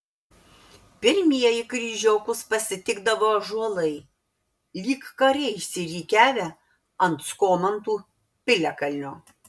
pirmieji kryžiokus pasitikdavo ąžuolai lyg kariai išsirikiavę ant skomantų piliakalnio